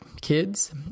kids